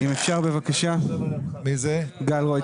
דקה בדיוק.